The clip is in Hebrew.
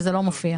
זה לא מופיע.